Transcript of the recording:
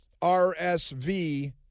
RSV